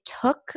took